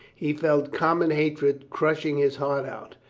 he felt common hatred crushing his heart out,